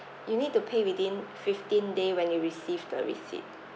you need to pay within fifteen day when you receive the receipt